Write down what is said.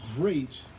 great